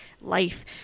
life